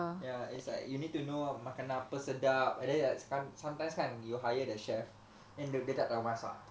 ya it's like you need to know makanan apa sedap and then like sometimes kan you hire the chef and the dia tak tahu masak